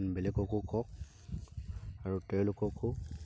আন বেলেগকো কওক আৰু তেওঁলোককো